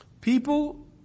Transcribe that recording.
People